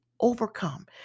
overcome